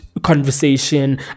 conversation